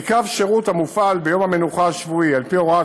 כי קו שירות המופעל ביום המנוחה השבועי על-פי הוראת